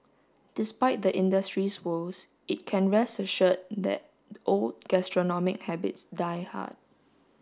despite the industry's woes it can rest assured that old gastronomic habits die hard